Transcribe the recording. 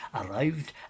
arrived